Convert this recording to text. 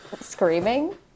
screaming